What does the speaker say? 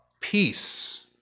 peace